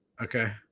Okay